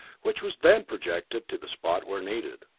which was then projected to the spot where needed.